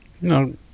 No